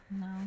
No